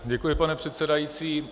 Děkuji, pane předsedající.